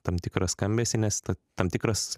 tam tikrą skambesį nes tam tikras